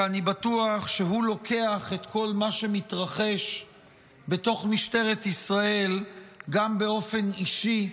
כי אני בטוח שהוא לוקח את כל מה שמתרחש בתוך משטרת ישראל גם באופן אישי,